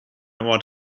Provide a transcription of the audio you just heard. ort